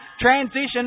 Transition